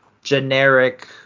generic